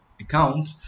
account